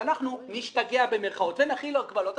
לפחות את זה צריך.